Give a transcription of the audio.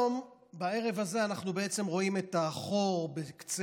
ובערב הזה אנחנו בעצם רואים את החור בקצה